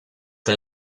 con